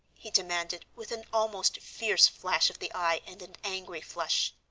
he demanded, with an almost fierce flash of the eye and an angry flush.